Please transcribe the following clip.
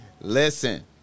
Listen